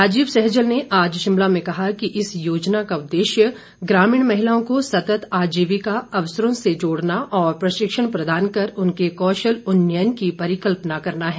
राजीव सैजल ने आज शिमला में कहा कि इस योजना के उददेश्य ग्रामीण महिलाओं को सतत आजीविका अवसरों से जोड़ना और प्रशिक्षण प्रदान कर उनके कौशल उन्नयन की परिकल्पना करना है